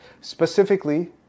Specifically